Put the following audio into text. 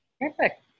Perfect